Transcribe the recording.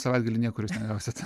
savaitgalį niekur jūs negausit